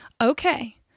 okay